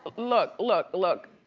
look, look, look,